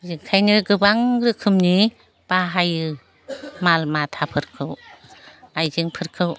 बिखायनो गोबां रोखोमनि बाहायो माल माथाफोरखौ आयजेंफोरखौ